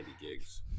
gigs